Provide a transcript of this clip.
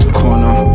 corner